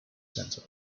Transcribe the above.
center